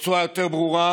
בצורה יותר ברורה: